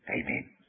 Amen